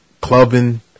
clubbing